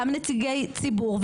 גם נציגי ציבור,